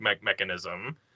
mechanism